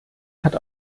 hat